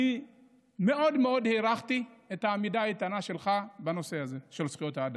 אני מאוד-מאוד הערכתי את העמידה האיתנה שלך בנושא הזה של זכויות האדם.